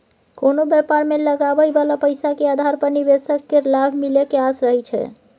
कोनो व्यापार मे लगाबइ बला पैसा के आधार पर निवेशक केँ लाभ मिले के आस रहइ छै